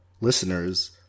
listeners